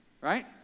Right